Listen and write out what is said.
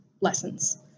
lessons